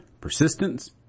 persistence